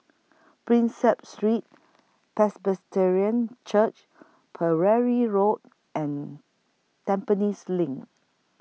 Prinsep Street Presbyterian Church Pereira Road and Tampines LINK